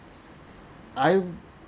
I